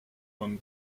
von